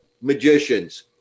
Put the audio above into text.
magicians